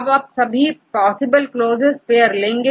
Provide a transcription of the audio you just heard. अब हम सभी पॉसिबल क्लोसेस्ट पेअर लेंगे